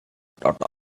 daughter